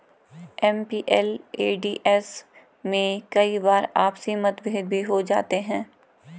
MPLADS में कई बार आपसी मतभेद भी हो जाते हैं